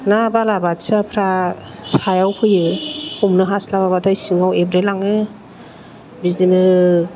ना बालाबाथियाफ्रा सायाव फैयो हमनो हास्लाबा बाथाय सिङाव एब्रेलाङो बिदिनो